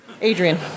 Adrian